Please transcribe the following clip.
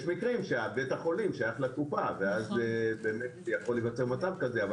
יש מקרים שבית החולים שייך לקופה ויכול להיווצר מצב כזה.